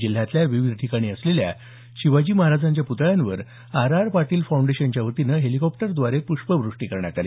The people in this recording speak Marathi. जिल्ह्यातल्या विविध ठिकाणी असलेल्या शिवाजी महाराजांच्या पुतळ्यांवर आर आर पाटील फांऊडेशनच्या वतीनं हेलिकॉप्टरद्वारे पुष्पवृष्टी करण्यात आली